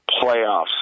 playoffs